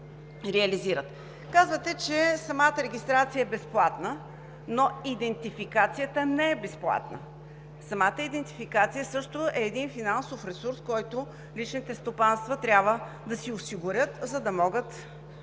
Казвате, че самата регистрация е безплатна, но идентификацията не е безплатна. Самата идентификация също е финансов ресурс, който личните стопанства трябва да си осигурят, за да могат да я